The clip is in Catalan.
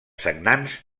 sagnants